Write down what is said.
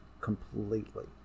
completely